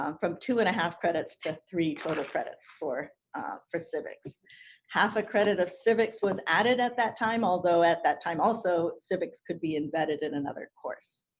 um from two and a half credits to three total credits for for civics half a credit of civics was added at that time although at that time also civics could be embedded in another course